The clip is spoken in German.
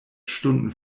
stunden